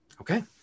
Okay